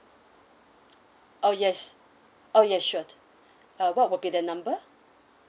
oh yes oh yes sure uh what would be the number